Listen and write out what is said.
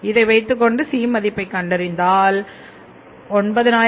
இதை வைத்துக்கொண்டுC மதிப்பை கண்டறிந்தால் 9681